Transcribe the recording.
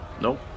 Nope